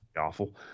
awful